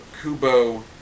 Kubo